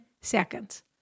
seconds